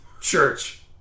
church